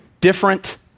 Different